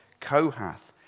Kohath